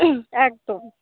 একদম